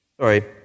Sorry